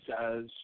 says